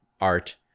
art